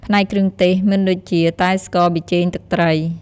ផ្នែកគ្រឿងទេស មានដូចជា តែ ស្ករ ប៊ីចេង ទឹកត្រី។